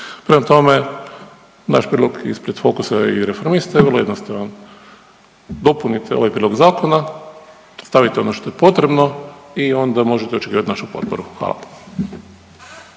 Prema tome, naš prijedlog ispred Fokusa i Reformista je vrlo jednostavan, dopunite ovaj prijedlog zakona, stavite ono što je potrebno i onda možete očekivat našu potporu, hvala.